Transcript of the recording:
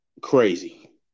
crazy